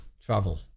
travel